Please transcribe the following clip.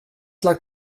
lag